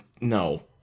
No